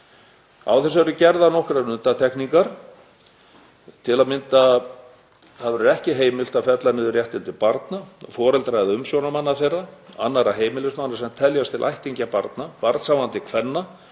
Á þessu eru gerðar nokkrar undantekningar, til að mynda verður ekki heimilt að fella niður réttindi barna, foreldra eða umsjónarmanna þeirra og annarra heimilismanna sem teljast til ættingja barna, barnshafandi kvenna